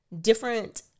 different